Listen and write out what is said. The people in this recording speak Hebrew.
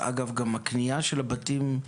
אגב, גם הקנייה של הבתים,